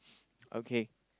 okay